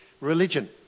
religion